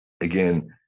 again